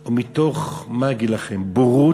או מתוך בורות?